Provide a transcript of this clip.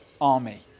army